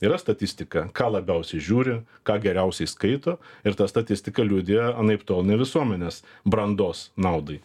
yra statistika ką labiausiai žiūri ką geriausiai skaito ir ta statistika liudija anaiptol ne visuomenės brandos naudai